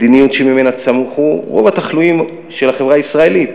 המדיניות שממנה צמחו רוב התחלואים של החברה הישראלית,